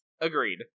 Agreed